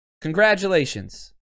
Congratulations